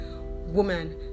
woman